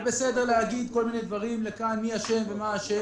בסדר להגיד כל מיני דברים, מי אשם ומה אשם.